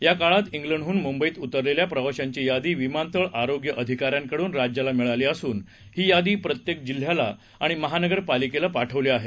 या काळात शिंडहून मुंबईत उतरलेल्या प्रवाशांची यादी विमानतळ आरोग्य अधिका यांकडून राज्याला मिळाली असून ही यादी प्रत्येक जिल्ह्याला आणि महानगरपालिकेला पाठवली आहे